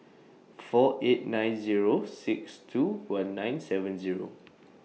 four eight nine Zero six two one nine seven Zero